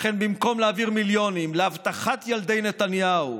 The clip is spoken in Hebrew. לכן, במקום להעביר מיליונים לאבטחת ילדי נתניהו,